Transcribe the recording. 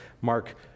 Mark